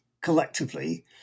collectively